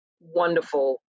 wonderful